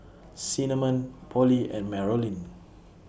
Cinnamon Pollie and Marolyn